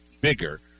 bigger